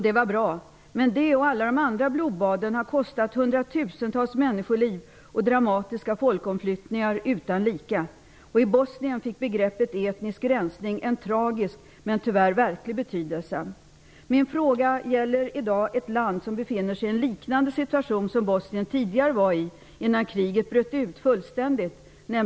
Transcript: Det var bra, men det och alla de andra blodbaden har kostat hundratusentals människoliv och har krävt dramatiska folkomflyttningar utan like. I Bosnien fick begreppet etnisk rensning en tragisk men tyvärr verklig betydelse. Min fråga gäller Kosovo eller Kosova, ett land som i dag befinner sig i en situation liknande den som Bosnien befann sig i innan kriget bröt ut fullständigt.